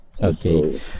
okay